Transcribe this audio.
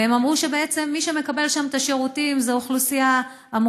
והם אמרו שבעצם מי שמקבל שם את השירותים זה האוכלוסייה המוחלשת,